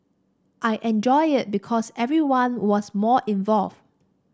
I enjoyed it because everyone was more involved